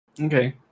Okay